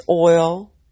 oil